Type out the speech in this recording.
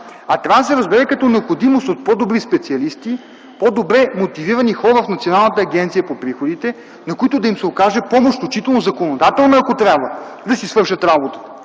а трябва да се разбере като необходимост от по-добри специалисти, по-добре мотивирани хора в Националната агенция по приходите, на които да им се окаже помощ, включително законодателна, ако трябва, за да си свършат работата,